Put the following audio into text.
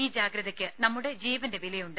ഈ ജാഗ്രതയ്ക്ക് നമ്മുടെ ജീവന്റെ വിലയുണ്ട്